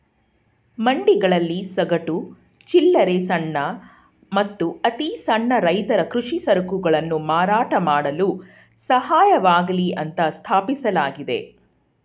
ಮಂಡಿಗಳಲ್ಲಿ ಸಗಟು, ಚಿಲ್ಲರೆ ಸಣ್ಣ ಮತ್ತು ಅತಿಸಣ್ಣ ರೈತರ ಕೃಷಿ ಸರಕುಗಳನ್ನು ಮಾರಾಟ ಮಾಡಲು ಸಹಾಯವಾಗ್ಲಿ ಅಂತ ಸ್ಥಾಪಿಸಲಾಗಿದೆ